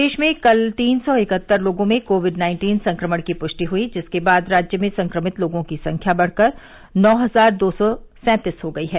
प्रदेश में कल तीन सौ इकहत्तर लोगों में कोविड नाइन्टीन संक्रमण की पुष्टि हुई जिसके बाद राज्य में संक्रमित लोगों की संख्या बढ़कर नौ हजार दो सौ सैंतीस हो गयी है